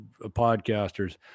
podcasters